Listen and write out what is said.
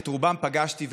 את רובם פגשתי,